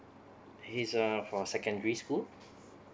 his err for secondary school